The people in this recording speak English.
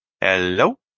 Hello